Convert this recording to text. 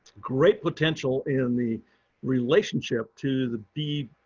great potential in the relationship to the bee,